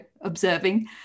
observing